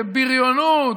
בבריונות,